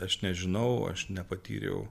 aš nežinau aš nepatyriau